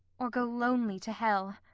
or go lonely to hell.